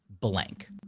blank